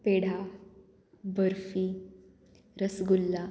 peda barfi rasgulla